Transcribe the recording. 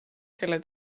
kelle